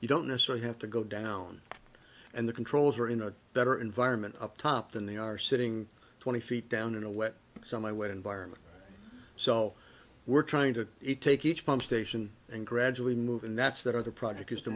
you don't necessary have to go down and the controls are in a better environment up top than they are sitting twenty feet down in a wet so my weight environment so we're trying to it take each pump station and gradually move and that's that other project is to